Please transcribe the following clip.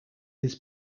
his